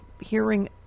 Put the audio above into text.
hearing